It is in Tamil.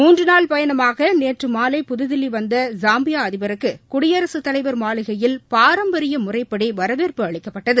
மூன்று நாள் பயணமாக நேற்று மாலை புதுதில்லி வந்த ஸாம்பியா அதிபருக்கு குடியரசுத் தலைவர் மாளிகையில் பாரம்பரிய முறைப்படி வரவேற்பு அளிக்கப்பட்டது